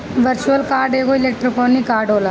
virtual card एगो electronic card होला